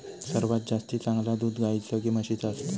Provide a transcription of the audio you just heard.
सर्वात जास्ती चांगला दूध गाईचा की म्हशीचा असता?